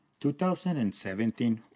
2017